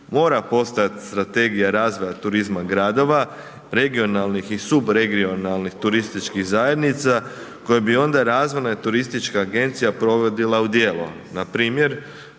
Mora postojati strategija razvoja turizma gradova, regionalnih i subregionalnih turističkih zajednica koje bi onda razvoja turistička agencija provodila u djelo, npr.